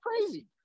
crazy